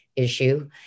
issue